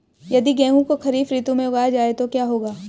यदि गेहूँ को खरीफ ऋतु में उगाया जाए तो क्या होगा?